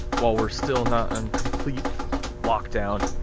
while we're still not on complete lockdown.